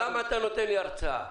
למה אתה נותן לי הרצאה?